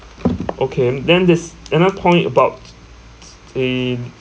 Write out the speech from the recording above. okay then there's another point about the